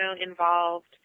involved